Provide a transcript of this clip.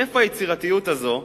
מאיפה היצירתיות הזאת?